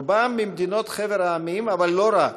רובם מחבר המדינות אבל לא רק,